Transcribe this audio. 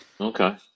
Okay